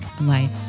life